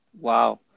wow